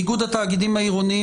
איגוד התאגידים העירוניים,